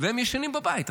והם ישנים בבית עכשיו.